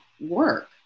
work